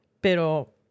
pero